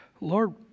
Lord